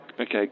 Okay